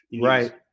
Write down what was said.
Right